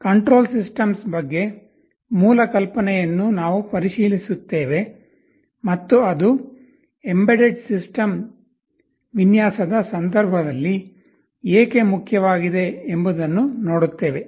control systems ಬಗ್ಗೆ ಮೂಲ ಕಲ್ಪನೆಯನ್ನು ನಾವು ಪರಿಶೀಲಿಸುತ್ತೇವೆ ಮತ್ತು ಅದು ಎಂಬೆಡೆಡ್ ಸಿಸ್ಟಮ್ ವಿನ್ಯಾಸದ ಸಂದರ್ಭದಲ್ಲಿ ಏಕೆ ಮುಖ್ಯವಾಗಿದೆ ಎಂಬುದನ್ನು ನೋಡುತ್ತೇವೆ